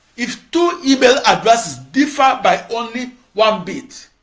if two email addresses differed by only one bit,